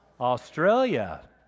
Australia